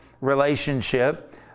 relationship